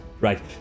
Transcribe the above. Right